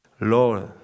Lord